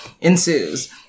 ensues